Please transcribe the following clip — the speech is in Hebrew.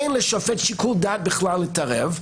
אין לשופט שיקול דעת בכלל להתערב,